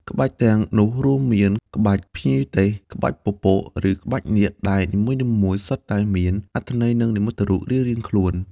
ក្បាច់ទាំងនោះរួមមាន ក្បាច់ភ្ញីទេស ក្បាច់ពពក ឬក្បាច់នាគ ដែលនីមួយៗសុទ្ធតែមានអត្ថន័យ និងនិមិត្តរូបរៀងៗខ្លួន។